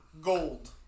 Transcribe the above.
gold